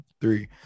three